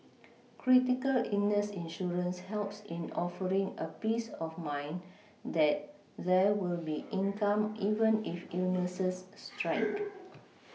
critical illness insurance helps in offering a peace of mind that there will be income even if illnesses strike